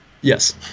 yes